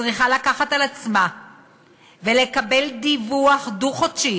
צריכה לקחת על עצמה ולקבל דיווח דו-חודשי